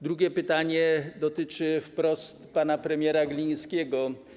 Drugie pytanie dotyczy wprost pana premiera Glińskiego.